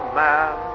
man